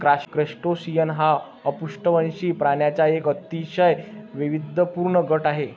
crustacean हा अपृष्ठवंशी प्राण्यांचा एक अतिशय वैविध्यपूर्ण गट आहे